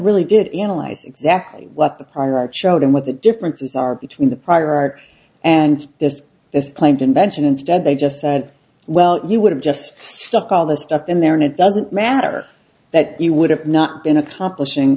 really did analyze exactly what the product showed and what the differences are between the prior art and this is claimed invention instead they just said well you would have just stuck all the stuff in there and it doesn't matter that you would have not been accomplishing